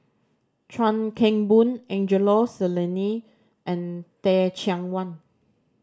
Chuan Keng Boon Angelo Sanelli and Teh Cheang Wan